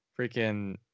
freaking